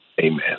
Amen